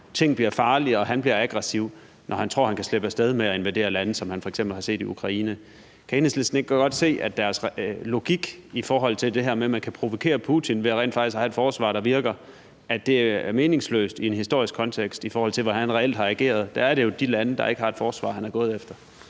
tingene bliver farlige, og at han bliver aggressiv, når han tror, han kan slippe af sted med at invadere lande, som man f.eks. har set det i Ukraine? Kan Enhedslisten ikke godt se, at deres logik i forhold til det her med, at man kan provokere Putin ved rent faktisk at have et forsvar, der virker, er meningsløs i en historisk kontekst, i forhold til hvordan han reelt har ageret? Der er det jo de lande, der ikke har et forsvar, han er gået efter.